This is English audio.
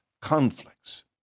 conflicts